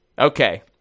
Okay